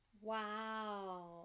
Wow